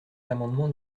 l’amendement